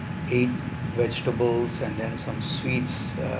eight vegetables and then some sweets uh